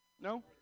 No